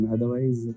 Otherwise